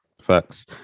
Facts